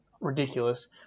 ridiculous